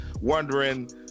wondering